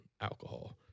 alcohol